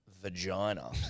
vagina